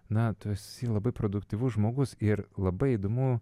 na tu esi labai produktyvus žmogus ir labai įdomu